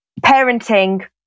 parenting